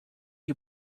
you